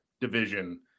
division